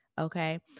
Okay